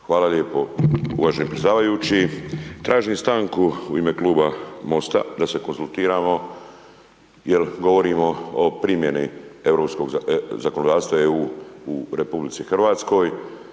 Hvala lijepo, uvaženi predsjedavajući. Tražim stanku u ime kluba MOST-a da se konzultiramo jer govorimo o primjeni zakonodavstva EU u RH, govorimo